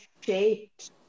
shaped